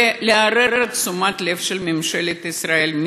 ולעורר את תשומת הלב של ממשלת ישראל.